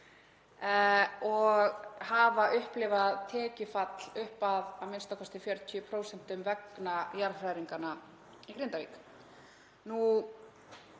og hafa upplifað tekjufall upp að a.m.k. 40% vegna jarðhræringanna í Grindavík.